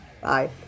Bye